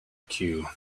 queue